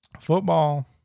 football